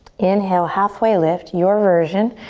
inhale, halfway lift, your version.